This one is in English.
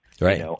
Right